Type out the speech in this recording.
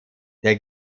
der